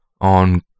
on